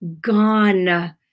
gone